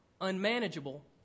unmanageable